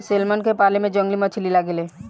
salmon के पाले में जंगली मछली लागे ले